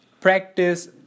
practice